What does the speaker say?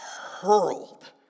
hurled